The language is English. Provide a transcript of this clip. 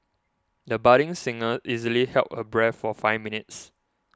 the budding singer easily held her breath for five minutes